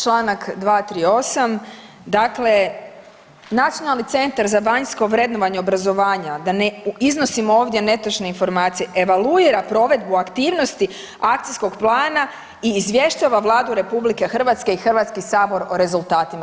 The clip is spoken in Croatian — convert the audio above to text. Čl. 238., dakle Nacionalni centar za vanjsko vrednovanje obrazovanja da ne iznosim ovdje netočne informacije evaluira provedbu aktivnosti akcijskog plana i izvještava Vladu RH i HS o rezultatima.